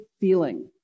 feeling